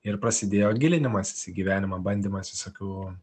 ir prasidėjo gilinimasis į gyvenimą bandymas visokių